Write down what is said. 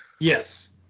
yes